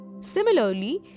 Similarly